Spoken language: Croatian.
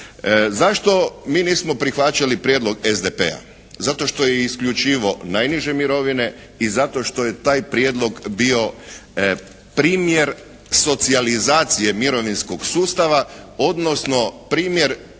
Zašto mi nismo prihvaćali prijedlog SDP-a? Zato što je isključivao najniže mirovine i zato što je taj prijedlog bio primjer socijalizacije mirovinskog sustava, odnosno primjer